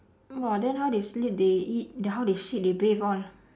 !wah! then how they sleep they eat then how they shit they bathe all